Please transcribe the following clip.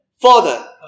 Father